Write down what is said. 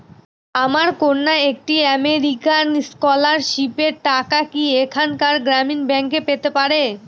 আমার কন্যা একটি আমেরিকান স্কলারশিপের টাকা কি এখানকার গ্রামীণ ব্যাংকে পেতে পারে?